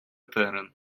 терен